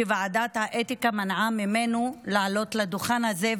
שוועדת האתיקה מנעה ממנו לעלות לדוכן הזה,